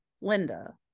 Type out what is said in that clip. Linda